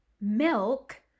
milk